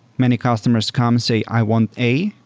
many customers come say i want a,